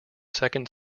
second